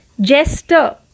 jester